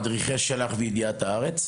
שמורכב ממדריכי של״ח וידיעת הארץ.